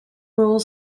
rule